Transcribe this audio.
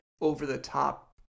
over-the-top